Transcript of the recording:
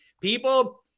People